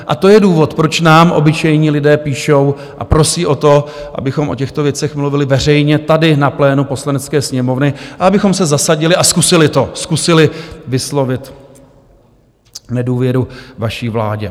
A to je důvod, proč nám obyčejní lidé píšou a prosí o to, abychom o těchto věcech mluvili veřejně tady na plénu Poslanecké sněmovny a abychom se zasadili a zkusili to, zkusili vyslovit nedůvěru vaší vládě.